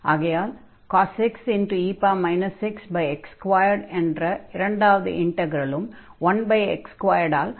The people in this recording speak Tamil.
ஆகயால் cos x e xx2 என்ற இரண்டாவது இன்டக்ரலும் 1x2 - ஆல் கட்டுப்பட்டிருக்கிறது